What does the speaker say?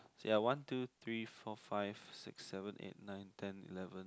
ya one two three four five six seven eight nine ten eleven